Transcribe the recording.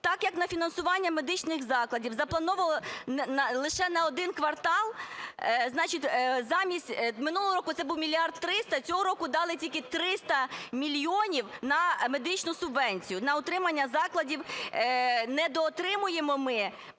Так як на фінансування медичних закладів заплановано лише на один квартал, значить, минулого року це було мільярд 300, цього року дали тільки 300 мільйонів на медичну субвенцію. На утримання закладів недоотримуємо ми